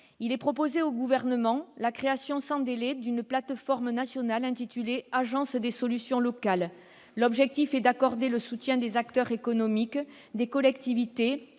suggérons au Gouvernement la création sans délai d'une plateforme nationale intitulée Agence des solutions locales. L'objectif est d'accorder le soutien des acteurs économiques, des collectivités